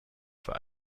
für